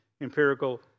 empirical